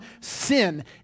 sin